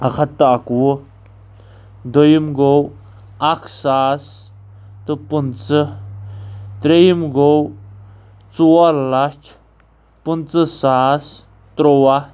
اَکھ ہَتھ تہٕ اَکوُہ دۄیِم گوٚو اَکھ ساس تہٕ پٕنٛژٕ ترٛیٚیِم گوٚو ژور لَچھ پٕنٛژٕ ساس تُرٛواہ